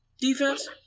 defense